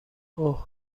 اوه